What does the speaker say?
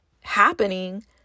happening